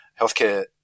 healthcare